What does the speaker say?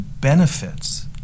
benefits